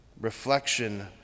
reflection